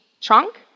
trunk